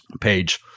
page